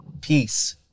Peace